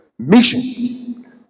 Mission